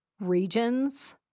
regions